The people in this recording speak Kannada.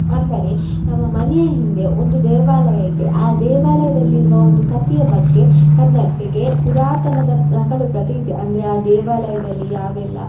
ಅಂದರೆ ನಮ್ಮ ಮನೆಯ ಹಿಂದೆ ಒಂದು ದೇವಾಲಯ ಇದೆ ಆ ದೇವಾಲಯದಲ್ಲಿ ಇರುವ ಒಂದು ಕತೆಯ ಬಗ್ಗೆ ನನ್ನೊಟ್ಟಿಗೆ ಪುರಾತನದ ನಕಲುಪ್ರತಿ ಇದೆ ಅಂದರೆ ಆ ದೇವಾಲಯದಲ್ಲಿ ಯಾವೆಲ್ಲ